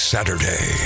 Saturday